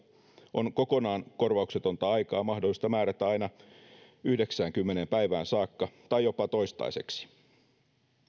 on kokonaan korvauksetonta aikaa mahdollista määrätä aina yhdeksäänkymmeneen päivään saakka tai jopa toistaiseksi